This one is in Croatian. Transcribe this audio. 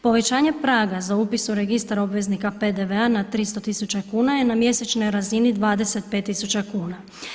Povećanje praga za upis u Registar obveznika PDV-a na 300 tisuća kuna je na mjesečnoj razini 25 tisuća kuna.